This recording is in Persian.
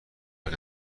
خاک